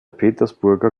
petersburger